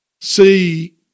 see